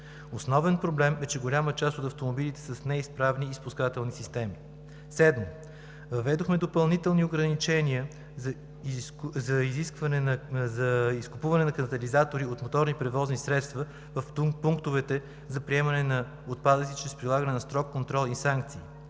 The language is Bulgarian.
Основен проблем е, че голяма част от автомобилите са с неизправни изпускателни системи. Седмо, въведохме допълнителни ограничения за изкупуване на катализатори от моторни превозни средства в пунктовете за приемане на отпадъци чрез прилагане на строг контрол и санкции.